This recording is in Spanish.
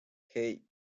hey